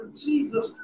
Jesus